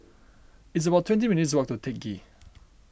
it's about twenty minutes' walk to Teck Ghee